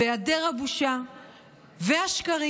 היעדר הבושה והשקרים,